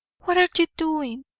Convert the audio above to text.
what are you doing?